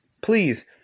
Please